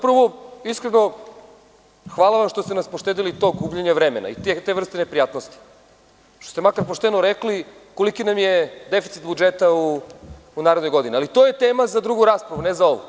Prvo, iskreno, hvala vam što ste nas poštedeli tog gubljenja vremena i te vrste neprijatnosti, što ste makar pošteno rekli koliki nam je deficit budžeta u narednoj godini, ali to je tema za drugu raspravu, ne za ovu.